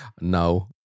No